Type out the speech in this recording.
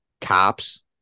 cops